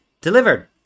delivered